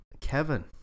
Kevin